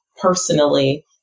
personally